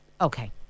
Okay